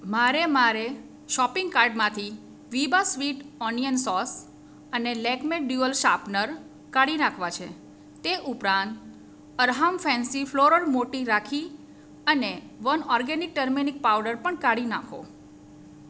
મારે મારે શોપિંગ કાર્ટમાંથી વિબા સ્વીટ ઓનિયન સોસ અને લેકમે ડ્યુઅલ શાર્પનર કાઢી નાખવાં છે તે ઉપરાંત અરહામ ફેન્સી ફ્લોરર મોટી રાખી અને વન ઓર્ગેનિક ટર્મેનીક પાવડર પણ કાઢી નાંખો